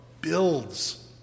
builds